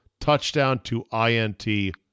touchdown-to-INT